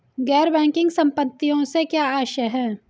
गैर बैंकिंग संपत्तियों से क्या आशय है?